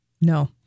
No